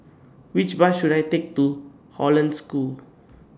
Which Bus should I Take to Hollandse School